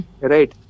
Right